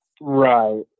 Right